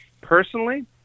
Personally